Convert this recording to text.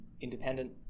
independent